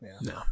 No